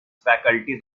faculties